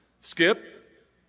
Skip